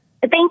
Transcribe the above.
Thank